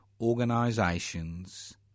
organisations